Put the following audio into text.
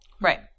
Right